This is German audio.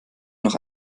noch